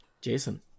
jason